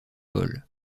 paul